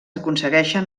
aconsegueixen